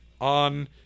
on